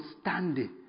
standing